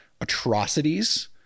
atrocities